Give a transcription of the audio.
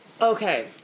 okay